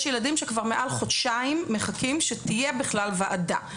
יש ילדים שכבר מעל חודשיים מחכים שתהיה בכלל ועדה.